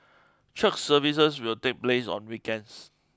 church services will take place on weekends